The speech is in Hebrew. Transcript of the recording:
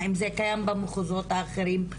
האם זה קיים במחוזות האחרים.